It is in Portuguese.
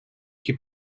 que